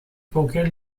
qualquer